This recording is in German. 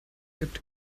übt